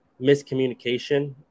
miscommunication